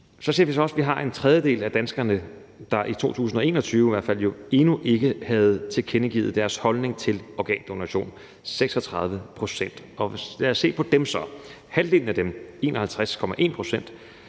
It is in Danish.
Vi ser så også, at vi har en tredjedel af danskerne, der i hvert fald i 2021 endnu ikke havde tilkendegivet deres holdning til organdonation, altså 36 pct., og lad os så se på dem. Halvdelen af dem, 51,1 pct.,